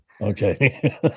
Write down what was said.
Okay